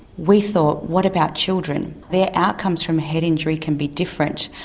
we thought what about children? their outcomes from head injury can be different.